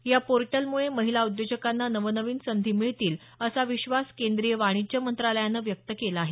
या पोर्टलमुळे महिला उद्योजकांना नवनवीन संधी मिळतील असा विश्वास केंद्रीय वाणिज्य मंत्रालयानं व्यक्त केला आहे